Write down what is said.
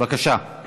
בבקשה.